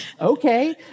Okay